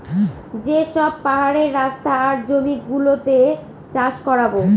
যে সব পাহাড়ের রাস্তা আর জমি গুলোতে চাষ করাবো